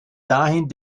dahin